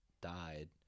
died